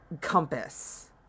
compass